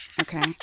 Okay